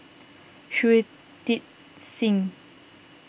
Shui Tit Sing